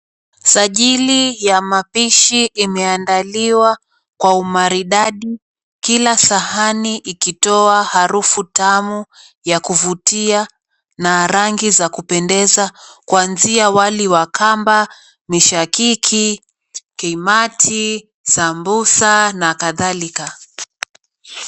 Sajili ya mapishi imeandaliwa kwa umaridadi kila sahani ikitowa harufu tamu ya kuvutia na rangi za kupendeza kuanzia wali wa kamba, mishakiki, kaimati, sambusa na kadhalika.